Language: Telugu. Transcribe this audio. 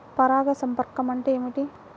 పరాగ సంపర్కం అంటే ఏమిటి?